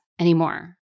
anymore